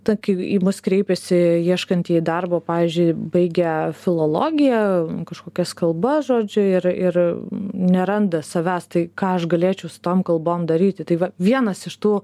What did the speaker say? tak į į mus kreipėsi ieškantieji darbo pavyzdžiui baigę filologiją kažkokias kalbas žodžiu ir ir neranda savęs tai ką aš galėčiau su tom kalbom daryti tai va vienas iš tų